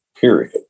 period